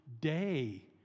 day